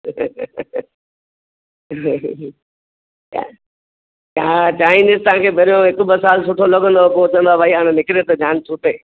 हा चाइनीज तव्हांखे पहिरियों हिकु ॿ साल सुठो लॻंदो पोइ चवंदा हाणे निकिरे त जान छूटे